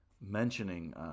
mentioning